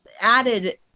added